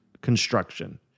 construction